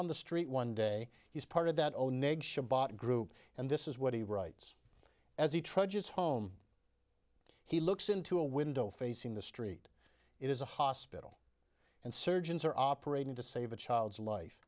on the street one day he's part of that zero neg group and this is what he writes as he trudges home he looks into a window facing the street it is a hospital and surgeons are operating to save a child's life